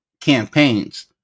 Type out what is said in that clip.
campaigns